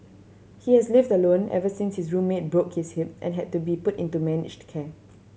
he has lived alone ever since his roommate broke his hip and had to be put into managed care